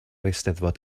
eisteddfod